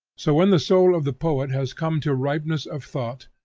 so when the soul of the poet has come to ripeness of thought,